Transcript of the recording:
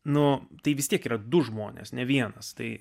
nu tai vis tiek yra du žmonės ne vienas tai